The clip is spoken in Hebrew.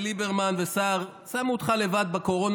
ליברמן וסער שמו אותך לבד בקורונה,